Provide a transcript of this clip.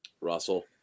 Russell